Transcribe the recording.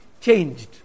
changed